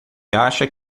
acha